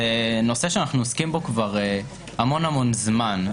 זה נושא שאנו עוסקים בו כבר המון זמן.